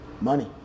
money